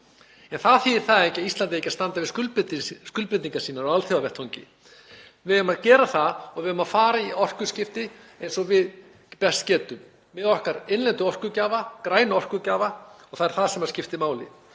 en það þýðir ekki að Ísland eigi ekki að standa við skuldbindingar sínar á alþjóðavettvangi. Við eigum að gera það og við eigum að fara í orkuskipti eins og við best getum með okkar innlendu orkugjafa, græna orkugjafa. Það er það sem skiptir máli.